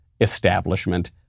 establishment